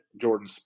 Jordan